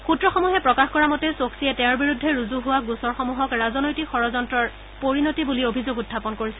সূত্ৰসমূহে প্ৰকাশ কৰা মতে চৌকছিয়ে তেওঁৰ বিৰুদ্ধে ৰুজু হোৱা গোচৰ সমূহক ৰাজনৈতিক ষড্যন্তৰ পৰিণতি বুলি অভিযোগ উখাপন কৰিছে